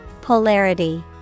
Polarity